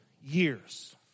years